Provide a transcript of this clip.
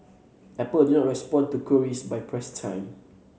apple did not respond to queries by press time